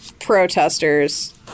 Protesters